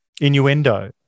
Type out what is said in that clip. innuendo